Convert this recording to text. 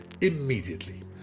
immediately